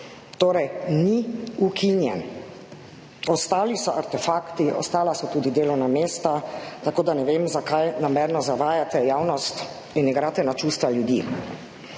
Torej ni ukinjen. Ostali so artefakti, ostala so tudi delovna mesta, tako da ne vem, zakaj namerno zavajate javnost in igrate na čustva ljudi.